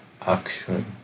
action